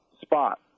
spot